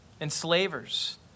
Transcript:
enslavers